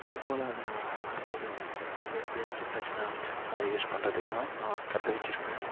அதுபோல் அதை நான் வாழ்க்கையில் எனக்கு எப்பயாச்சும் பிரச்சனை வந்துச்சினா அதை யூஸ் பண்ணுறதுக்காவே நான் கற்று வச்சிருக்கேன்